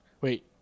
Wait